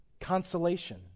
Consolation